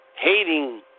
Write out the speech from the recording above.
hating